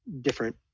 different